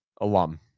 Alum